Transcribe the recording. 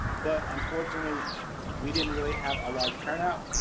but unfortunately we didn't really have a large turnout.